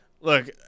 look